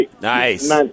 Nice